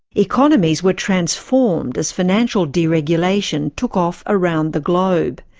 economies were transformed as financial deregulation took off around the globe.